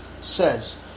says